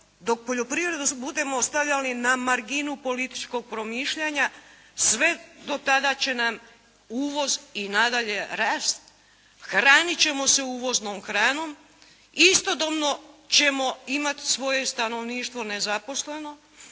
dok poljoprivredu budemo ostavljali na marginu političkog promišljanja sve do tada će nam uvoz i nadalje rast. Hranit ćemo se uvoznom hranom. Istodobno ćemo imat svoje stanovništvo nezaposleno,